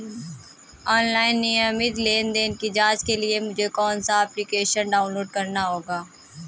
Online नियमित लेनदेन की जांच के लिए मुझे कौनसा एप्लिकेशन डाउनलोड करना होगा?